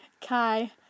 Kai